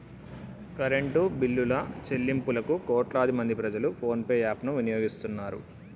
current బిల్లుల చెల్లింపులకు కోట్లాది మంది ప్రజలు ఫోన్ పే యాప్ ను వినియోగిస్తున్నరు